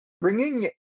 bringing